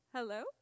Hello